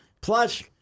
Plus